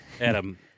Adam